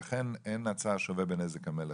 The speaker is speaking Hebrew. ולכן אין הצר שווה בנזק המלך.